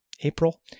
April